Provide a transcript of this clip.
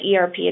ERP